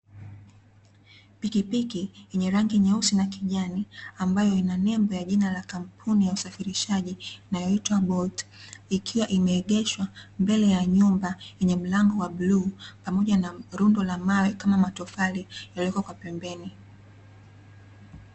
Pikipiki yenye rangi nyeusi na kijani ambayo ina nembo ya jina la kampuni ya usafirishaji inayoitwa Bolt ikiwa imeegeshwa mbele ya nyumba yenye mlango wa bluu pamoja na rundo la mawe kama matofali yaliyoko kwa pembeni.